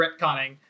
retconning